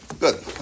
Good